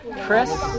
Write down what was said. chris